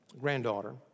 granddaughter